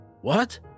What